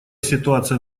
ситуация